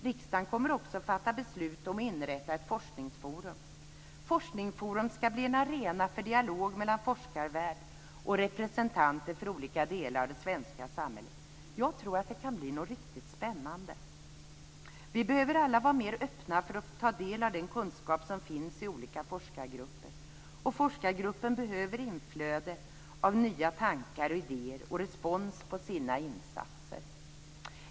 Riksdagen kommer också att fatta beslut om att inrätta ett forskningsforum som ska bli en arena för en dialog mellan forskarvärlden och representanter för olika delar av det svenska samhället. Jag tror att det kan bli något riktigt spännande. Vi behöver alla vara mer öppna för att ta del av den kunskap som finns i olika forskargrupper. Forskargruppen behöver ett inflöde av nya tankar och idéer samt en respons på sina insatser.